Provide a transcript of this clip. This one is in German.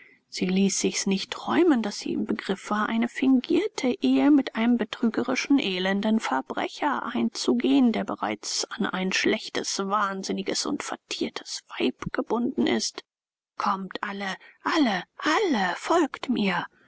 sie ließ sich's nicht träumen daß sie im begriff war eine fingierte ehe mit einem betrügerischen elenden verbrecher einzugehen der bereits an ein schlechtes wahnsinniges und vertiertes weib gebunden ist kommt alle alle alle folgt mir